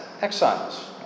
exiles